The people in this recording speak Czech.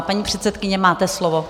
Paní předsedkyně, máte slovo.